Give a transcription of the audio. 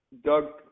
Doug